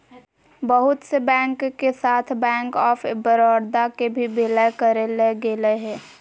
बहुत से बैंक के साथ बैंक आफ बडौदा के भी विलय करेल गेलय हें